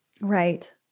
Right